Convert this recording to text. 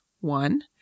one